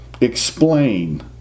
explain